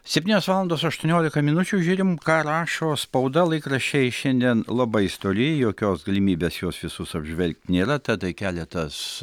septynios valandos aštuoniolika minučių žiūrim ką rašo spauda laikraščiai šiandien labai stori jokios galimybės juos visus apžvelgti nėra tad keletas